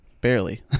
barely